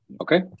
Okay